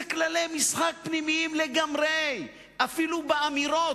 זה כללי משחק פנימיים לגמרי, אפילו באמירות,